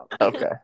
Okay